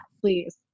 please